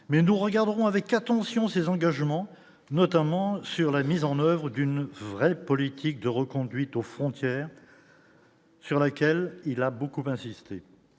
mais nous regardons avec attention ses engagements, notamment sur la mise en oeuvre d'une vraie politique de reconduite aux frontières. Sur laquelle il a beaucoup insisté,